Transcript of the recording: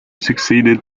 succeeded